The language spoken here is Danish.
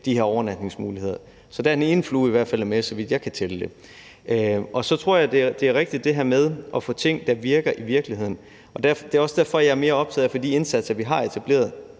de her overnatningsmuligheder. Så der er i hvert fald den ene flue med, så vidt jeg kan tælle. Og så tror jeg, at det her med at få ting, der virker i virkeligheden, med, er rigtigt. Det er også derfor, at jeg er mere optaget af at få de indsatser, vi har etableret,